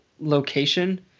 location